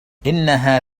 إنها